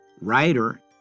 writer